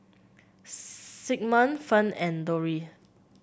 Sigmund Fern and Dori